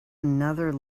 another